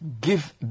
give